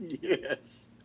Yes